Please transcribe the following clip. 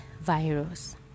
virus